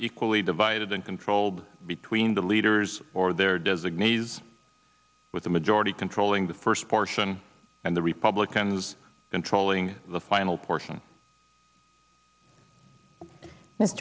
equally divided and controlled between the leaders or their designees with the majority controlling the first portion and the republicans controlling the final portion